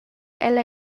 ella